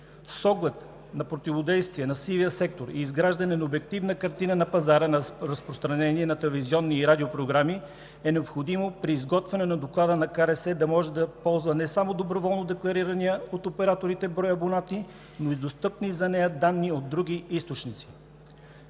С оглед на противодействие на сивия сектор и изграждане на обективна картина на пазара на разпространение на телевизионни и радиопрограми е необходимо при изготвянето на доклада Комисията за регулиране на съобщенията да може да ползва не само доброволно декларирания от операторите брой абонати, но и достъпни за нея данни от други източници.